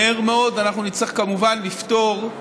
מהר מאוד אנחנו נצטרך, כמובן, לפטור,